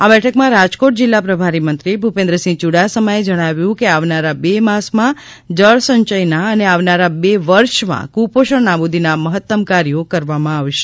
આ બેઠકમાં રાજકોટ જિલ્લા પ્રભારી મંત્રી ભૂપેન્દ્રસિંહ યુડાસમાએ જણાવ્યું કે આવનારા બે માસમાં જળસંચયના અને આવનારા બે વર્ષમાં કુપોષણ નાબૂદીના મહત્તમ કાર્યો કરવામાં આવશે